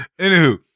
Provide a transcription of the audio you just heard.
Anywho